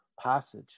passage